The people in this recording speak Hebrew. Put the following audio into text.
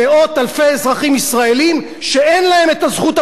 אזרחים ישראלים שאין להם הזכות הבסיסית הזאת?